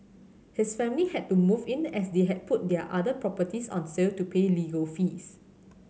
his family had to move in as they had put their other properties on sale to pay legal fees